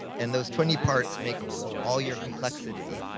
and those twenty parts make all your complexity.